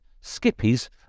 Skippy's